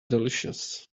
delicious